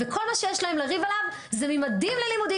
וכל מה שיש להם לריב עליו זה ממדים ללימודים